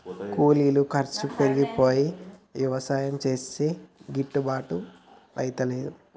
కూలీల ఖర్చు పెరిగిపోయి యవసాయం చేస్తే గిట్టుబాటు అయితలేదు